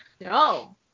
No